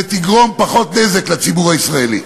ותגרום פחות נזק לציבור הישראלי.